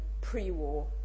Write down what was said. pre-war